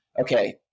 okay